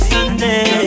Sunday